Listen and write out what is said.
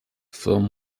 film